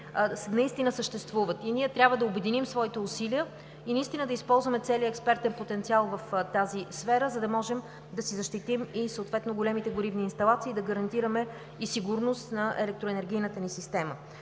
наистина съществува и ние трябва да обединим своите усилия и наистина да използваме целия експертен потенциал в тази сфера, за да можем да си защитим големите горивни инсталации и да гарантираме сигурност на електроенергийната ни система.